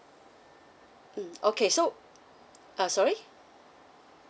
mm okay so uh sorry